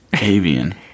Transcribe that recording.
Avian